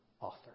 author